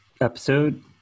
episode